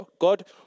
God